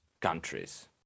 countries